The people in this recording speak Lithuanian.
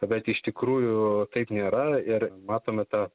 bet iš tikrųjų taip nėra ir matome tą